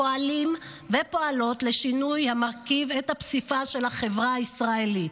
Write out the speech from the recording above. הפועלים והפועלות לשינוי המרכיב את הפסיפס של החברה הישראלית,